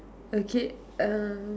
okay um